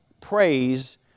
praise